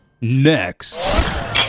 next